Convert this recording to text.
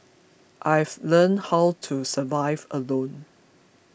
I've learnt how to survive alone